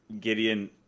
Gideon